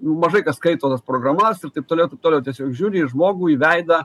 mažai kas skaito tas programas ir taip toliau taip toliau tiesiog žiūri į žmogų į veidą